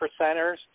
percenters